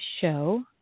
show